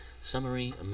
Summary